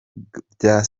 bya